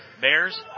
Bears